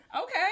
Okay